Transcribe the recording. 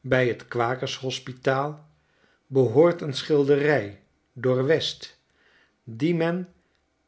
bij t kwakershospitaal behoort een schilderij door west die men